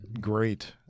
great